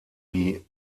die